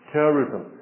Terrorism